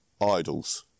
idols